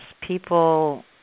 People